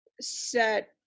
set